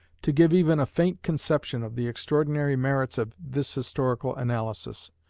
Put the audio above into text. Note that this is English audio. to give even a faint conception of the extraordinary merits of this historical analysis.